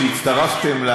כשהצטרפתם,